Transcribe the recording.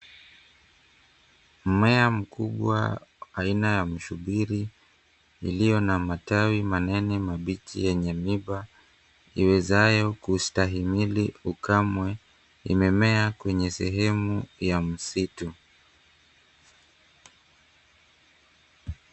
Mmea mkubwa aina ya mshubiri iliyo na matawi maneno mabichi yenye mimba iwezayo kustahimili ukame imemea kwenye sehemu ya msitu.